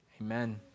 Amen